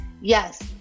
Yes